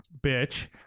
bitch